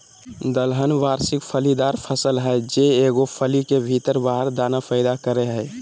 दलहन वार्षिक फलीदार फसल हइ जे एगो फली के भीतर बारह दाना पैदा करेय हइ